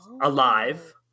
alive